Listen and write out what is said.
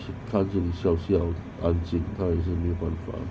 他也跟你笑笑安静他也是没有办法